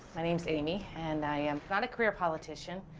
my name's amy, and i am not a career politician.